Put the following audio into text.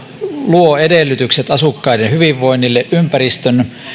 luo edellytykset asukkaiden hyvinvoinnille ympäristön